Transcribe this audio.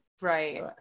right